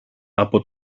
από